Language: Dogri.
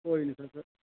कोई नेईं सर